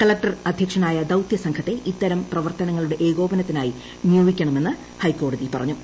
collector അധ്യക്ഷനായ ദൌതൃസംഘത്തെ ഇത്തരം പ്രവർത്തനങ്ങളുടെ ഏകോപനത്തിനായി നിയോഗിക്കണമെന്ന് ഹൈക്കോടതി പറഞ്ഞു